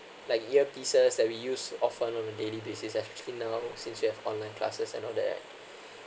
like earpieces that we use of on a daily basis actually now since you have online classes and all that